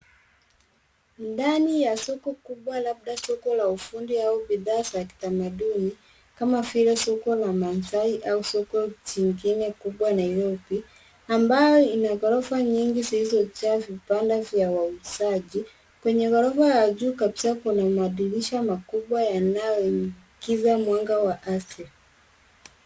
Ndani ya soko kubwa labda soko la ufundi au bidhaa za kitamaduni, kama vile soko la manzai au soko jingine kubwa Nairobi, ambayo ina ghorofa nyingi zilizojaa vibanda vya wauzaji. Kwenye ghorofa ya juu kabisaa kuna madirisha kubwa yanayoingiza mwanga wa asili.